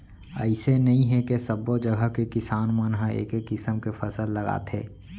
अइसे नइ हे के सब्बो जघा के किसान मन ह एके किसम के फसल लगाथे